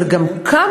אבל גם כמה?